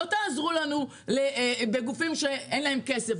ולא לשלוח את הלקוחות לחפש במקומות אחרים.